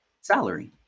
salary